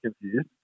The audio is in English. confused